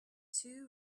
two